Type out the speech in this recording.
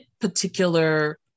particular